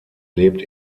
lebt